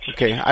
Okay